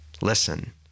listen